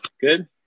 Good